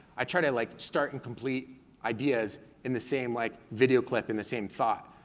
i try to like start and complete ideas, in the same like video clip in the same thought.